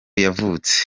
yavutse